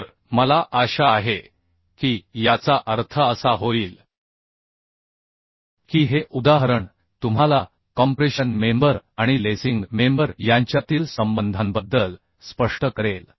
तर मला आशा आहे की याचा अर्थ असा होईल की हे उदाहरण तुम्हाला कॉम्प्रेशन मेंबर आणि लेसिंग मेंबर यांच्यातील संबंधांबद्दल स्पष्ट करेल